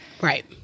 right